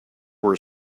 were